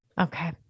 Okay